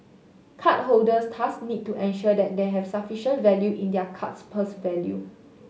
card holders thus need to ensure that they have sufficient value in their card's purse value